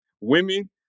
women